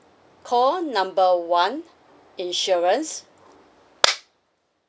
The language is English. call number one insurance